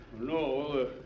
No